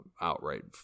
outright